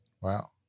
Wow